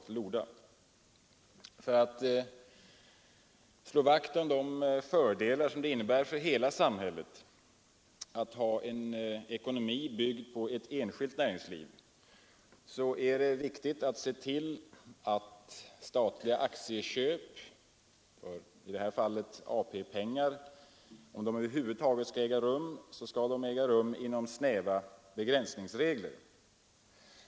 17 För att slå vakt om de fördelar som det innebär för hela samhället att ha en ekonomi byggd på ett enskilt näringsliv är det viktigt att se till att statliga aktieköp — i det här fallet för AP-pengar — om de över huvud taget skall äga rum, sker inom snäva begränsningsregler.